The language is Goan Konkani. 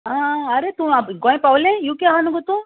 आ आरे तूं गोंय पावलें यू के आहा न्हू गो तूं